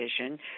vision